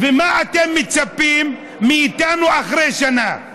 למה אתם מצפים מאיתנו אחרי שנה?